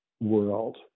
world